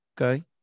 Okay